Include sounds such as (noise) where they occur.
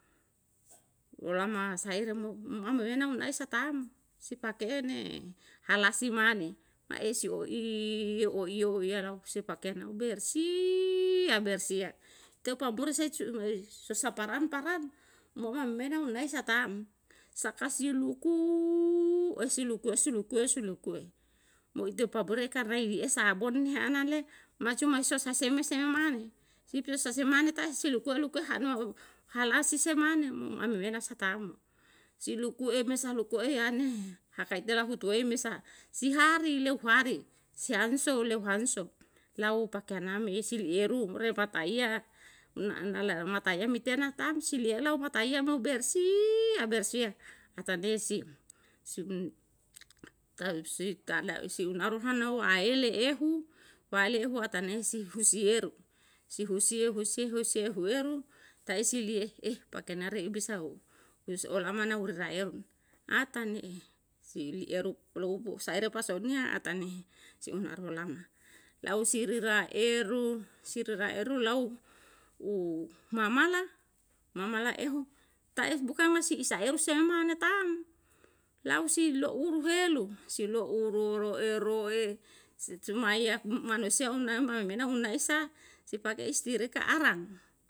Oalama saire mo um loina mo nae sa tam, si pake'e ne halasi mane nae si oiyo oiyo oiyo lau su pake nau bersih ya bersih ya, itau pamuri tuwei susah paran paran mo ammena mo nai sa tam, saka siulukue siulukue, siulukue, mo ite pabore karna ili'e sabon he ana le mai cuma so sa seme seme mane, se pe sa se mane tai si lukuwe lukuwe hanou, halasi se mane mo amemena sa tam, si luku'e mesa liku'e yane, hakaitela hutuwei me sa, si hari eu hari, si hanso leu hanso, lau pakana liyesi lieru, re pataiya nu an hana mataiya mitiana tam si lea lau mataiya mo bersihya bersihya, atane si (hesitation) tau si tada si unaru hana waele ehu, waele ehu atane si husiyeru. Si husiye husiye husiye ehueru, tai si liye (hesitation) pakenaru i busahu yose olamana iru raeru, atane'e si ilieru poloupu saire pasaniya atane si unaru olama, lau siri raeru, siri raeru lau umamala, mamala ehu ta'e bukan na si isaeru se mane tam, lau si ohuru helu, si loulo roero'e tumaiya manusia umnae mae mena umnae sa, si pake istirika arang